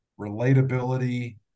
relatability